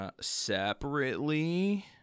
separately